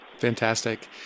Fantastic